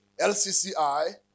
LCCI